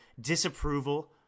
disapproval